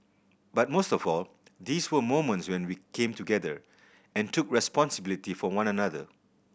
but most of all these were moments when we came together and took responsibility for one another